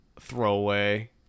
throwaway